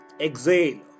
Exhale